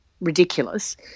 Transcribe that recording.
ridiculous